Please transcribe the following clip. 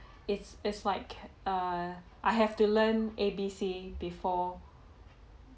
it's it's like err I have to learn A B C before